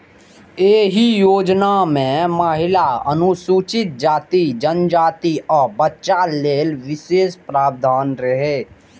एहि योजना मे महिला, अनुसूचित जाति, जनजाति, आ बच्चा लेल विशेष प्रावधान रहै